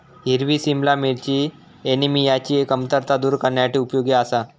हिरवी सिमला मिरची ऍनिमियाची कमतरता दूर करण्यासाठी उपयोगी आसा